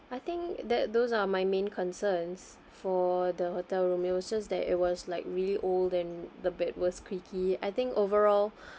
I think that those are my main concerns for the hotel room it was just that it was like really old and the bed was creaky I think overall